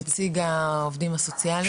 נציג העובדים הסוציאלים,